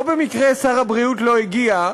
לא במקרה שר הבריאות לא הגיע,